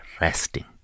resting